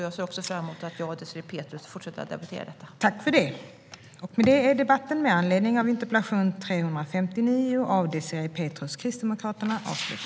Jag ser också fram emot att fortsätta att debattera detta med Désirée Pethrus.